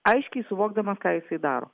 aiškiai suvokdamas ką jisai daro